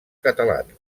catalans